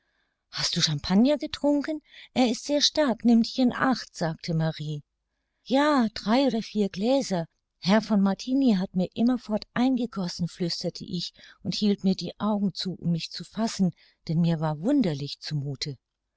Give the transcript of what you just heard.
hast du champagner getrunken er ist sehr stark nimm dich in acht sagte marie ja drei oder vier gläser herr von martini hat mir immerfort eingegossen flüsterte ich und hielt mir die augen zu um mich zu fassen denn mir war wunderlich zu